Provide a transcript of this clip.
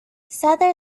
souther